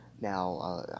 Now